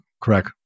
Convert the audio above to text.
correct